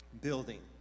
building